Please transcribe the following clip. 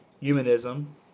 humanism